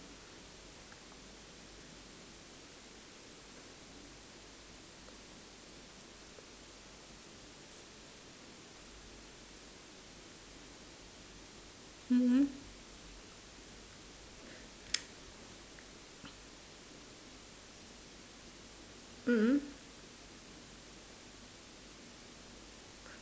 mm mm mm mm